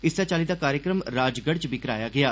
इस्सै चाली दा कार्यक्रम राजगढ़ च बी कराया गेया